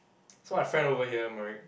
so my friend over here Merek